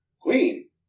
queen